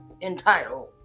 entitled